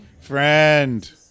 Friend